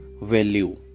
value